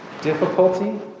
difficulty